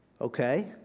Okay